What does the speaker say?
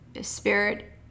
spirit